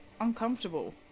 uncomfortable